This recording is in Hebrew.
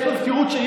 יש מזכירות,